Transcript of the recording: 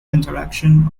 interaction